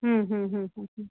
हम्म हम्म हम्म हम्म